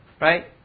right